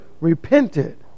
repented